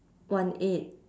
one eight